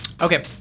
Okay